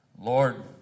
Lord